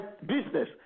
business